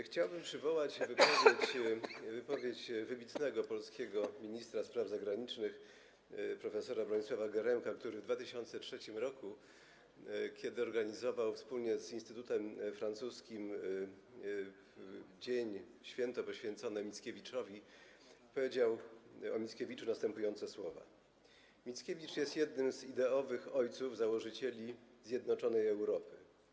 Chciałbym przywołać wypowiedź wybitnego polskiego ministra spraw zagranicznych prof. Bronisława Geremka, który kiedy w 2003 r. organizował wspólnie z Instytutem Francuskim obchody dnia, święta poświęconego Mickiewiczowi, powiedział o Mickiewiczu następujące słowa: Mickiewicz jest jednym z ideowych ojców założycieli zjednoczonej Europy.